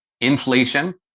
inflation